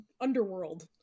underworld